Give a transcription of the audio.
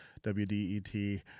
WDET